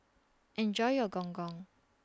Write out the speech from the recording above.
Enjoy your Gong Gong